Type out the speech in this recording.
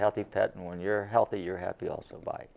healthy pet and when you're healthy you're happy also